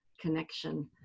connection